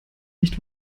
nicht